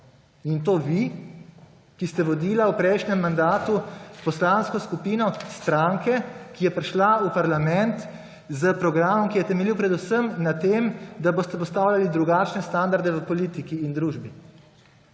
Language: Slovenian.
In to vi, ki ste vodili v prejšnjem mandatu poslansko skupino stranke, ki je prišla v parlament s programom, ki je temeljil predvsem na tem, da boste postavljali drugačne standarde v politiki in družbi.